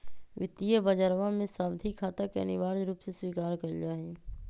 वित्तीय बजरवा में सावधि खाता के अनिवार्य रूप से स्वीकार कइल जाहई